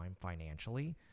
financially